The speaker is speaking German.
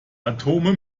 atome